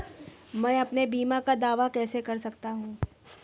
मैं अपने बीमा का दावा कैसे कर सकता हूँ?